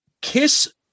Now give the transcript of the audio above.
Kiss